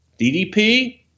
DDP